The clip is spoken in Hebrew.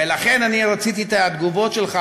ולכן רציתי את התגובות שלך,